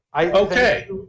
Okay